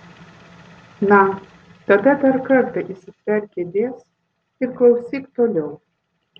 na tada dar kartą įsitverk kėdės ir klausyk toliau